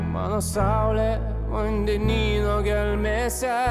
mano saulė vandenyno gelmėse